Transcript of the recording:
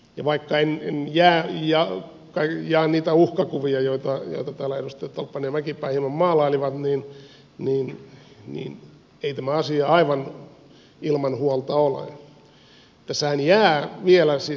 ja vaikka en jaa niitä uhkakuvia joita täällä edustajat tolppanen ja mäkipää hieman maalailivat niin ei tämä asia aivan ilman huolta ole